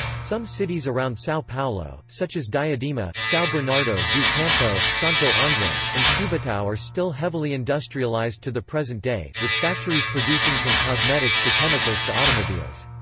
some cities around sao paulo, such as diadema, sao bernardo do campo, santo andre, and cubatao are still heavily industrialized to the present day, with factories producing from cosmetics to chemicals to automobiles.